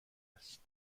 است